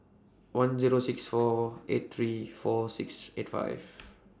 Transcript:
one Zero six four eight three four six eight five